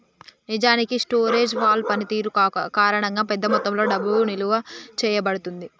నిజానికి storage wall పనితీరు కారణంగా పెద్ద మొత్తంలో డబ్బు నిలువ చేయబడుతుంది